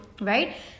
right